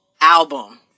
album